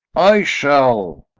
i shall.